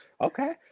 okay